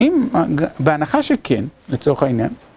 אם, בהנחה שכן, לצורך העניין